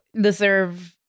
deserve